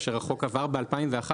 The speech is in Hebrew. כאשר החוק עבר ב-2011,